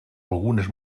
algunes